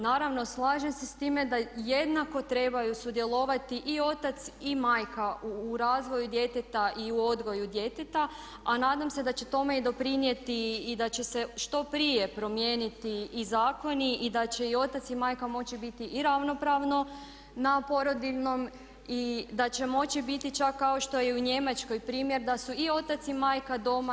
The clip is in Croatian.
Naravno slažem se s time da jednako trebaju sudjelovati i otac i majka u razvoju djeteta i u odgoju djeteta, a nadam se da će tome i doprinijeti i da će se što prije promijeniti i zakoni i da će i otac i majka moći biti i ravnopravno na porodiljnom i da će moći biti čak kao što je u Njemačkoj primjer da su i otac i majka doma.